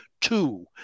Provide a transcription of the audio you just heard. two